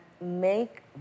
make